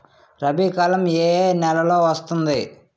రబీ కాలం ఏ ఏ నెలలో వస్తుంది?